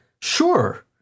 sure